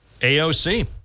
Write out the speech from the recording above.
AOC